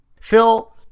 Phil